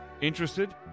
Interested